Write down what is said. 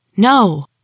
no